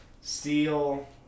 steel